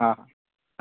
हा